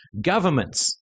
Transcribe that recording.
Governments